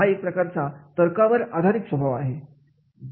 हा एक प्रकारचा तर्कावर आधारित स्वभाव आहे